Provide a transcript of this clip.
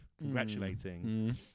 congratulating